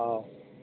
औ